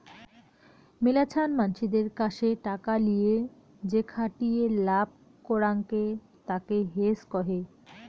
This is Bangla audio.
মেলাছান মানসিদের কাসে টাকা লিয়ে যেখাটিয়ে লাভ করাঙকে তাকে হেজ কহে